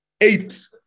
Eight